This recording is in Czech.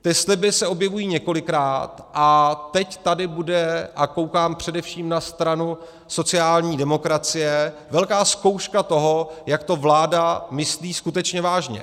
Ty sliby se objevují několikrát, a teď tady bude, a koukám především na stranu sociální demokracie, velká zkouška toho, jak to vláda myslí skutečně vážně.